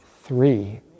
Three